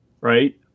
Right